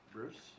Bruce